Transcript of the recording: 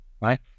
right